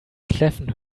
kläffen